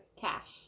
cash